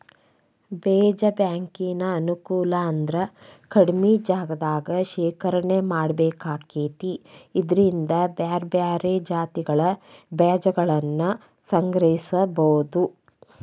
ಬೇಜ ಬ್ಯಾಂಕಿನ ಅನುಕೂಲ ಅಂದ್ರ ಕಡಿಮಿ ಜಗದಾಗ ಶೇಖರಣೆ ಮಾಡ್ಬೇಕಾಕೇತಿ ಇದ್ರಿಂದ ಬ್ಯಾರ್ಬ್ಯಾರೇ ಜಾತಿಗಳ ಬೇಜಗಳನ್ನುಸಂಗ್ರಹಿಸಬೋದು